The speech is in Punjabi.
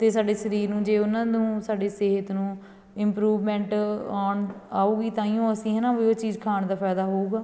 ਅਤੇ ਸਾਡੇ ਸਰੀਰ ਨੂੰ ਜੇ ਉਹਨਾਂ ਨੂੰ ਸਾਡੀ ਸਿਹਤ ਨੂੰ ਇਮਪਰੂਵਮੈਂਟ ਆਉਣ ਆਵੇਗੀ ਤਾਂਹੀਓ ਅਸੀਂ ਹੈ ਨਾ ਵੀ ਉਹ ਚੀਜ਼ ਖਾਣ ਦਾ ਫਾਇਦਾ ਹੋਵੇਗਾ